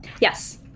Yes